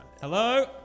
Hello